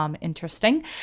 Interesting